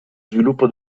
sviluppo